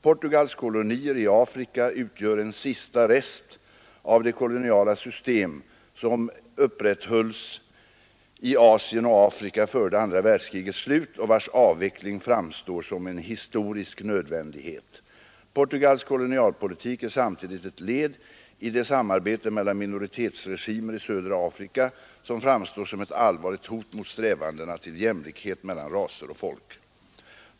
Portugals kolonier i Afrika utgör en sista rest av det koloniala system som upprätthölls i Asien och Afrika före det andra världskrigets slut och vars avveckling framstår som en historisk nödvändighet. Portugals kolonialpolitik är samtidigt ett led i det samarbete mellan minoritetsregimer i Södra Afrika, som framstår som ett allvarligt hot mot strävandena till jämlikhet mellan raser och folk.